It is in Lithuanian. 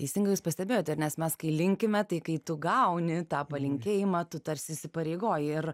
teisingai jūs pastebėjote nes mes kai linkime tai kai tu gauni tą palinkėjimą tu tarsi įsipareigoji ir